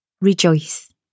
Rejoice